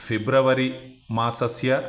फे़ब्रवरि मासस्य